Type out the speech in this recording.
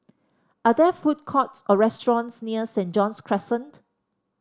are there food courts or restaurants near Saint John's Crescent